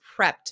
prepped